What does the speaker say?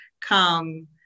come